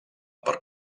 per